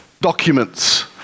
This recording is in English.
documents